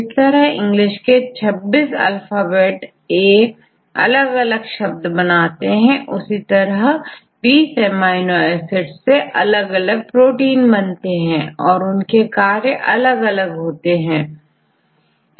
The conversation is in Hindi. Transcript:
जिस तरह अंग्रेजी के26 अल्फाबेट अलग अलग शब्द बनाते हैं उसी तरह अमीनो एसिड के अलग अलग कॉन्बिनेशन में जुड़ने से अलग अलग प्रोटीन बनते हैं परंतु जैसे गलत अक्षर जोड़ने पर उनका कोई अर्थ नहीं होता ऐसे ही गलत अमीनो एसिड चेन से प्रोटीन का निर्माण नहीं हो सकता